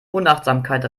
unachtsamkeit